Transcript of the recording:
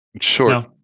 Sure